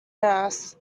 nurse